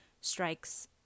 strikes